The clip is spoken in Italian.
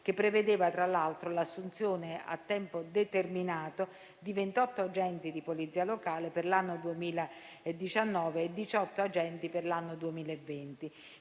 che prevedeva, tra l'altro, l'assunzione a tempo determinato di 28 agenti di Polizia locale per l'anno 2019 e di 18 agenti per l'anno 2020.